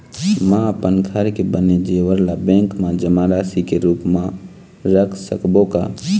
म अपन घर के बने जेवर ला बैंक म जमा राशि के रूप म रख सकबो का?